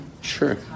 Sure